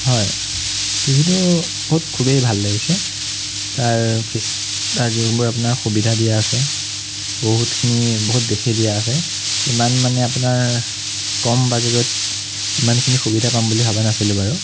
টিভিটো বহুত খুবেই ভাল লাগিছে তাৰ ফিছাৰছ তাৰ যোনবোৰ আপোনাৰ সুবিধা দিয়া আছে বহুতখিনি বহুত বেছি দিয়া আছে ইমান মানে আপোনাৰ কম বাজেটত ইমানখিনি সুবিধা পাম বুলি ভবা নাছিলোঁ বাৰু